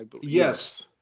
yes